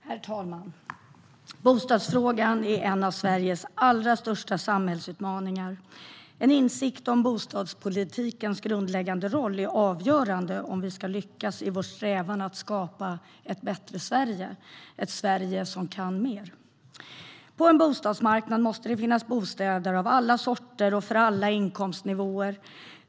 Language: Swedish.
Herr talman! Bostadsfrågan är en av Sveriges allra största samhällsutmaningar. En insikt om bostadspolitikens grundläggande roll är avgörande om vi ska lyckas i vår strävan att skapa ett bättre Sverige, ett Sverige som kan mer. På en bostadsmarknad måste det finnas bostäder av alla sorter och för alla inkomstnivåer.